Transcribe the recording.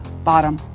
bottom